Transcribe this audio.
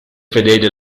fedeli